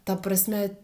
ta prasme